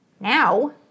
Now